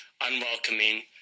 unwelcoming